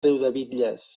riudebitlles